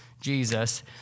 Jesus